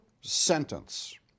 sentence